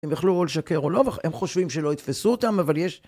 הם יכלו או לשקר או לא, הם חושבים שלא יתפסו אותם, אבל יש...